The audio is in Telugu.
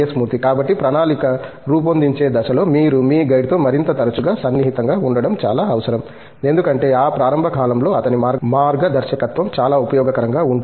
మూర్తి కాబట్టి ప్రణాళిక రూపొందించే దశలో మీరు మీ గైడ్తో మరింత తరచుగా సన్నిహితంగా ఉండటం చాలా అవసరం ఎందుకంటే ఆ ప్రారంభ కాలంలో అతని మార్గదర్శకత్వం చాలా ఉపయోగకరంగా ఉంటుంది